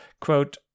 quote